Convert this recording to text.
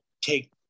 take